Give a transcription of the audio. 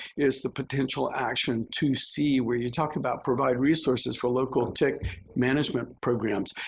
is the potential action two c where you talk about provide resources for local tick management programs.